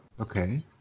Okay